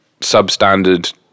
substandard